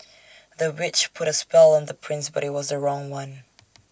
the witch put A spell on the prince but IT was the wrong one